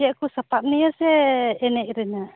ᱪᱮᱫ ᱠᱚ ᱥᱟᱯᱟᱵ ᱱᱤᱭᱟᱹ ᱥᱮ ᱮᱱᱮᱡ ᱨᱮᱱᱟᱜ